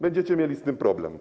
Będziecie mieli z tym problem.